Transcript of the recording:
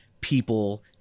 people